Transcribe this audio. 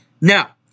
Now